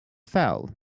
fell